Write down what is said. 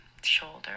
shoulder